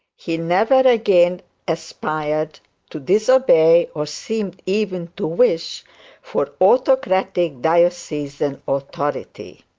he never again aspired to disobey, or seemed even to wish for autocratic diocesan authority.